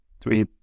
three